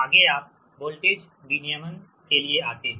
अगला आप वोल्टेज विनियमन के लिए आते हैं